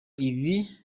ibi